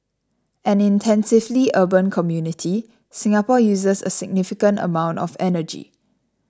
an intensively urban community Singapore uses a significant amount of energy